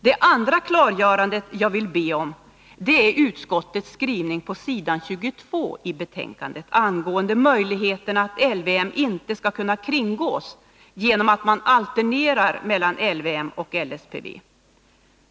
Det andra klargörandet jag vill be om gäller utskottets skrivning på s. 22 i betänkandet om att LVM inte skall kunna kringgås genom att man alternerar mellan LVM och LSPV.